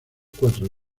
cuatro